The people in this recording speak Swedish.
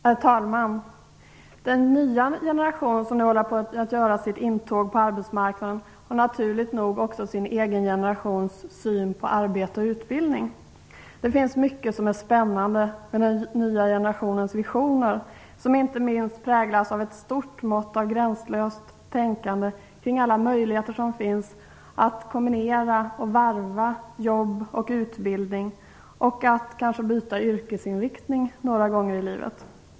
Herr talman! Den nya generation som nu håller på att göra sitt intåg på arbetsmarknaden har naturligt nog också sin egen generations syn på arbete och utbidlning. Det finns mycket som är spännande med den nya generationens visioner, som inte minst präglas av ett stort mått av gränslöst tänkande kring alla möjligheter som finns att kombinera och varva jobb och utbildning. Man vill kanske byta yrkesinriktning några gånger i livet.